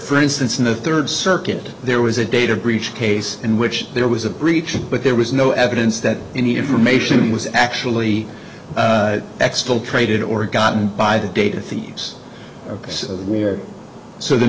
for instance in the third circuit there was a data breach case in which there was a breach but there was no evidence that any information was actually xtal traded or gotten by the data thieves of we are so the